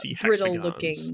brittle-looking